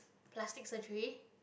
plastic surgery